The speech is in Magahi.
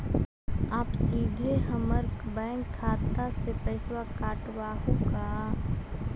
आप सीधे हमर बैंक खाता से पैसवा काटवहु का?